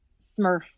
Smurf